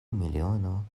miliono